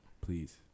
Please